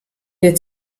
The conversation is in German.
der